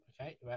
Okay